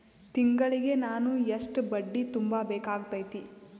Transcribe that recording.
ತಿಂಗಳಿಗೆ ನಾನು ಎಷ್ಟ ಬಡ್ಡಿ ತುಂಬಾ ಬೇಕಾಗತೈತಿ?